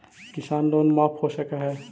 किसान लोन माफ हो सक है?